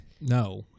No